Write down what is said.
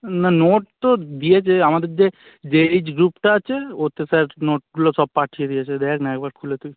না নোট তো দিয়েছে আমাদের যে যে এইজ গ্রুপটা আছে ওতে স্যার নোটগুলো সব পাঠিয়ে দিয়েছে দেখ না একবার খুলে তুই